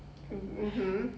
mmhmm